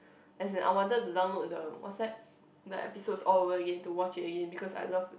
as in I wanted to download the what's that the episodes all over again to watch it again because I love